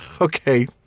okay